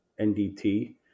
NDT